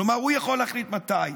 כלומר, הוא יכול להחליט מתי.